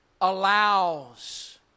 allows